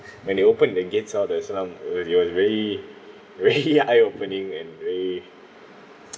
when they opened the gates all that's around it it was very very eye opening and very